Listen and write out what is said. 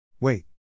Wait